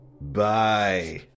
bye